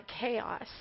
chaos